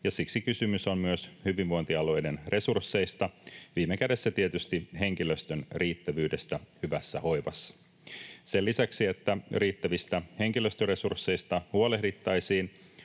siksi kysymys on myös hyvinvointialueiden resursseista, viime kädessä tietysti henkilöstön riittävyydestä hyvässä hoivassa. Sen lisäksi, että riittävistä henkilöstöresursseista huolehdittaisiin,